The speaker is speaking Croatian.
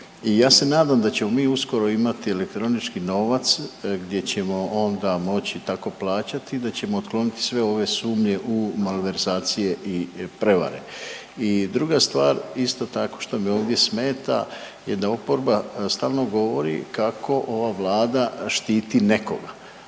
i ja se nadam da ćemo mi uskoro imati elektronički novac gdje ćemo onda moći tako plaćati da ćemo otkloniti sve ove sumnje u malverzacije i prevare. I druga stvar isto tako što me ovdje smeta je da oporba stalno govori kako ova Vlada štiti nekoga,